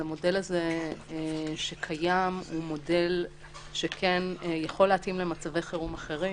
המודל הזה שקיים הוא מודל שיכול להתאים למצבי חירום אחרים,